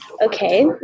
Okay